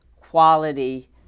quality